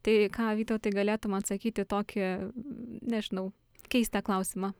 tai ką vytautai galėtum atsakyt į tokį nežinau keistą klausimą